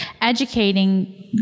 educating